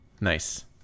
Nice